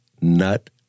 nut